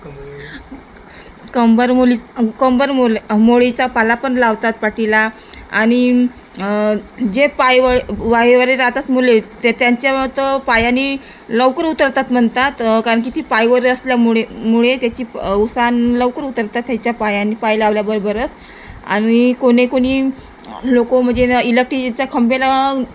कंबर कंबर मुली कंबर मोला मोळीचा पाला पण लावतात पाठीला आणि जे पाय वळ वायावर राहतात मुले ते त्यांच्या तर पायाने लवकर उतरतात म्हणतात कारण की ती पायवर असल्यामुळे मुळे त्याची उसण लवकर उतरतात त्याच्या पायाने पाय लावल्याबरोबरच आणि कोणी कोणी लोक म्हणजे इलेक्ट्रिचा खांबाला